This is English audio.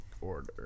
order